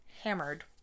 hammered